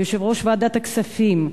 יושב-ראש ועדת הכספים,